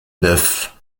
neuf